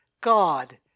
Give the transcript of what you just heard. God